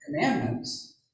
commandments